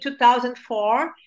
2004